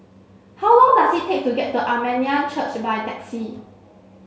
how long does it take to get to Armenian Church by taxi